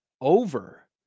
over